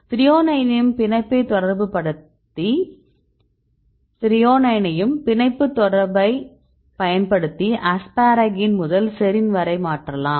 த்ரோயோனைனையும் பிணைப்புத் தொடர்பை பயன்படுத்தி அஸ்பாராகின் முதல் செரீன் வரை மாற்றலாம்